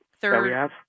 Third